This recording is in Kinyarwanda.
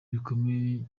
gikomeye